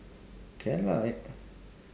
can lah I